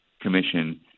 Commission